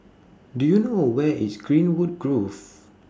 Do YOU know Where IS Greenwood Grove